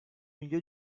milieu